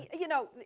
you know,